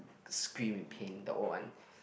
scream in pain the old one